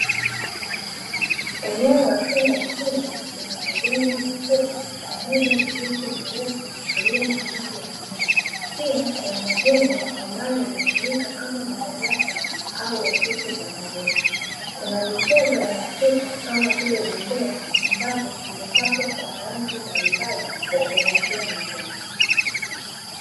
Eneo la shule ya msingi lina majani mafupi pamoja na miti mirefu iliyo na rangi ya kijani. Pia kuna majengo ambayo yanatumika kama madarasa au ofisi za walimu, kuna michezo ya watoto kama vile bembea ambazo zimepakwa kwa rangi mbalimbali za kuvutia watoto.